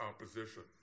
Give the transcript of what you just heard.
opposition